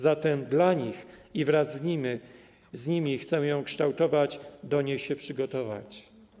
Zatem dla nich i wraz z nimi chcemy ją kształtować, do niej się przygotować.